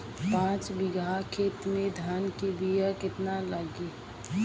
पाँच बिगहा खेत में धान के बिया केतना लागी?